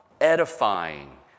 edifying